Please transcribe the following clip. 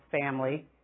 family